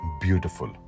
beautiful